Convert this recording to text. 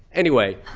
anyway,